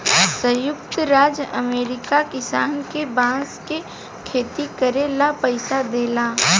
संयुक्त राज्य अमेरिका किसान के बांस के खेती करे ला पइसा देला